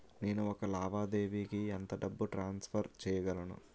నేను ఒక లావాదేవీకి ఎంత డబ్బు ట్రాన్సఫర్ చేయగలను?